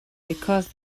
because